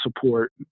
support